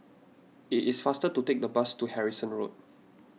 it is faster to take the bus to Harrison Road